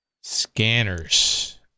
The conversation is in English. scanners